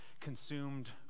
consumed